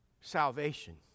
salvation